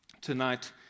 Tonight